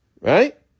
right